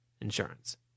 insurance